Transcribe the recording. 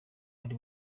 ari